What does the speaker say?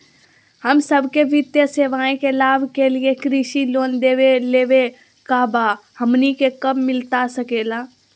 हम सबके वित्तीय सेवाएं के लाभ के लिए कृषि लोन देवे लेवे का बा, हमनी के कब मिलता सके ला?